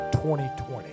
2020